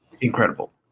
Incredible